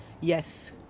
yes